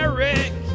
Eric